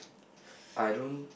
I don't